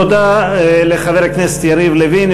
תודה לחבר הכנסת יריב לוין,